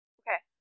okay